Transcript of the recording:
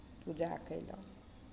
पूजा कयलहुँ